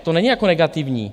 To není jako negativní.